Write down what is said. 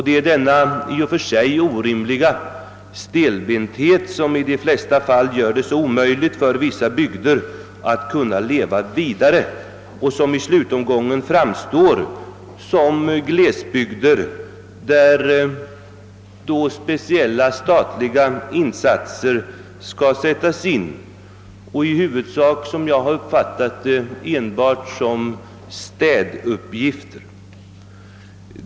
Det är denna i och för sig orimliga stelbenthet som i de flesta fall gör det omöjligt för vissa bygder att leva vidare, så att dessa i slutomgången framstår som glesbygder där speciella stat liga insatser skall sättas in och då — som jag uppfattat det — i huvudsak enbart som »städuppgifter».